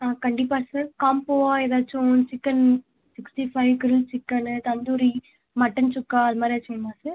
ஆ கண்டிப்பாக சார் காம்போவாக எதாச்சும் chicken sixty five grill chicken tandoori mutton sukka அது மாதிரி ஏதாச்சும் வேணுமா சார்